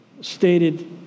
stated